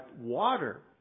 water